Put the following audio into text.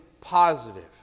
positive